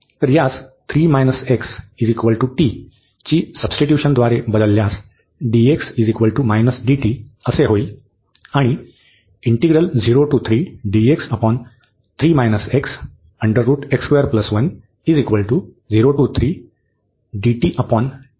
तर यास 3 x t ची सब्स्टिट्युशनद्वारे बदलल्यास dx dt